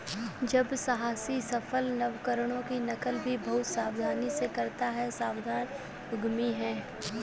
जब साहसी सफल नवकरणों की नकल भी बहुत सावधानी से करता है सावधान उद्यमी है